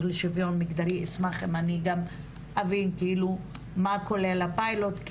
לשוויון מגדרי אשמח אם אני גם אבין מה כולל הפיילוט כי